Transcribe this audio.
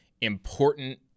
important